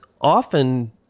often